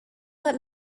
let